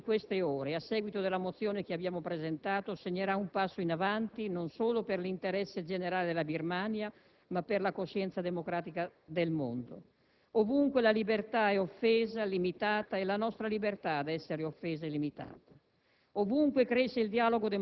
siamo certi che il dibattito di queste ore a seguito della mozione che abbiamo presentato segnerà un passo in avanti non solo per l'interesse generale della Birmania, ma per la coscienza democratica del mondo. Ovunque la libertà è offesa, limitata è la nostra libertà ad essere offesa e limitata.